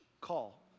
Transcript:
call